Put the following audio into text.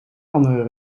andere